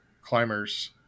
climbers